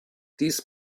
dies